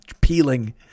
peeling